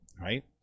Right